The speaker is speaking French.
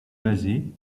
basé